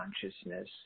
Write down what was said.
consciousness